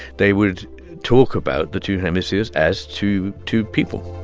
they would talk about the two hemispheres as two two people